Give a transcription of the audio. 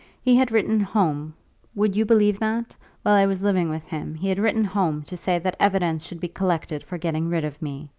he had written home would you believe that while i was living with him he had written home to say that evidence should be collected for getting rid of me.